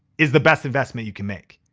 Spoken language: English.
is the best investment you can make.